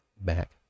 back